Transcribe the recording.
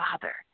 Father